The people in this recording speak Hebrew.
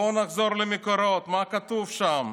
בואו נחזור למקורות, מה כתוב שם?